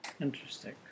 Interesting